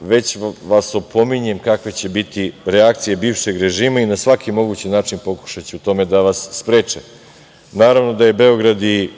Već vas opominjem kakve će biti reakcije bivšeg režima i na svaki mogući način pokušaće u tome da vas spreče. Naravno da je Beograd i